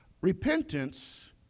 Repentance